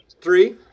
Three